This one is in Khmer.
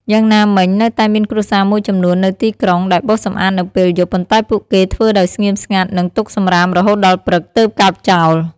យ៉ាងណាមិញ នៅតែមានគ្រួសារមួយចំនួននៅទីក្រុង ដែលបោសសម្អាតនៅពេលយប់ ប៉ុន្តែពួកគេធ្វើដោយស្ងៀមស្ងាត់ និងទុកសំរាមរហូតដល់ព្រឹក ទើបកើបចោល។